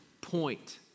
point